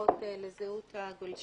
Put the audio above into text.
בחברות לזהות הגולשים,